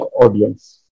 audience